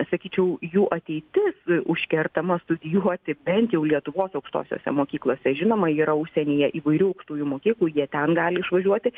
sakyčiau jų ateitis užkertama studijuoti bent jau lietuvos aukštosiose mokyklose žinoma yra užsienyje įvairių aukštųjų mokyklų jie ten gali išvažiuoti